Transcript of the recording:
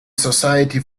society